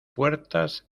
puertas